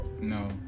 No